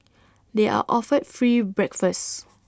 they are offered free breakfast